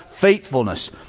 faithfulness